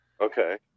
Okay